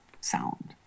sound